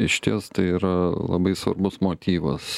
išties tai yra labai svarbus motyvas